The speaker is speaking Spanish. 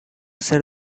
ser